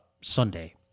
Sunday